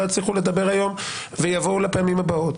יצליחו לדבר היום ויבואו לפעמים הבאות.